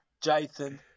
jason